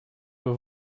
его